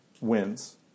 wins